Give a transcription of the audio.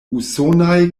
usonaj